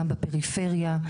גם בפריפריה,